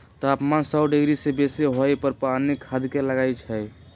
तापमान सौ डिग्री से बेशी होय पर पानी खदके लगइ छै